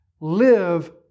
live